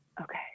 okay